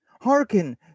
hearken